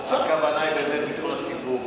הכוונה היא באמת ביטחון הציבור,